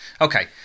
Okay